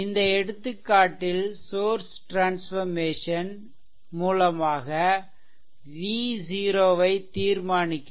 இந்த எடுத்துக்காட்டில் source transformation மூலமாக v 0 ஐ தீர்மானிக்கவும்